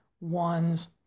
one's